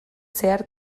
zehar